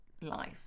life